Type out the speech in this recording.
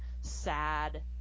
sad